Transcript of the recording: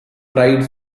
pride